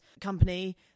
company